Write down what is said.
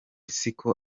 siko